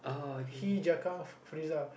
he Zakaf Farizah